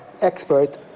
expert